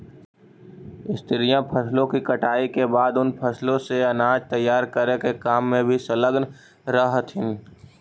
स्त्रियां फसलों की कटाई के बाद उन फसलों से अनाज तैयार करे के काम में भी संलग्न रह हथीन